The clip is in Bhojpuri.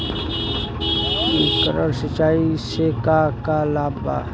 स्प्रिंकलर सिंचाई से का का लाभ ह?